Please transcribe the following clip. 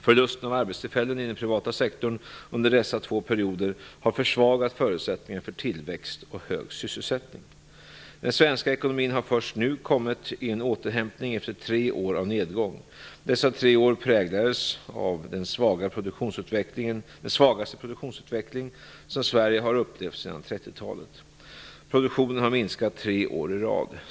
Förlusten av arbetstillfällen i den privata sektorn under dessa två perioder har försvagat förutsättningarna för tillväxt och en hög sysselsättning. Den svenska ekonomin har först nu kommit i en återhämtning efter tre år av nedgång. Dessa tre år präglades av den svagaste produktionsutveckling som Sverige har upplevt sedan 1930-talet. Produktionen har minskat tre år i rad.